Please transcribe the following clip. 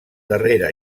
darrere